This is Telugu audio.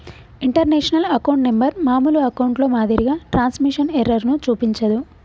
ఇంటర్నేషనల్ అకౌంట్ నెంబర్ మామూలు అకౌంట్లో మాదిరిగా ట్రాన్స్మిషన్ ఎర్రర్ ను చూపించదు